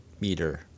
meter